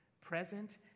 present